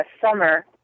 summer